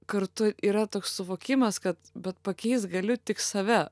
kartu yra toks suvokimas kad bet pakeist galiu tik save